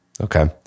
Okay